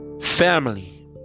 family